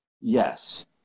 yes